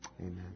Amen